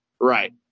Right